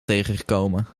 tegengekomen